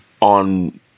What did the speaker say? on